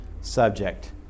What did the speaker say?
subject